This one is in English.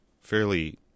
fairly